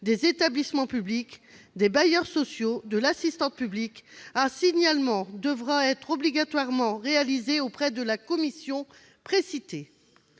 des établissements publics, à des bailleurs sociaux ou à l'assistance publique, un signalement devrait obligatoirement être réalisé auprès de cette commission.